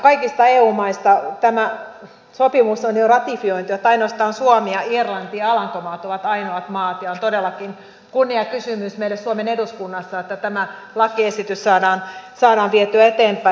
kaikissa eu maissa tämä sopimus on jo ratifioitu ainoastaan suomessa irlannissa ja alankomaissa ei ja on todellakin kunniakysymys meille suomen eduskunnassa että tämä lakiesitys saadaan vietyä eteenpäin